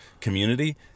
community